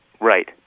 Right